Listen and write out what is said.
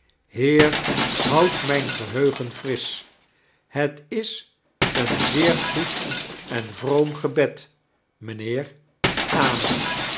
heer houd mijn geheugen frdsch het is een zeer goed en vroom gebed mijnheer amen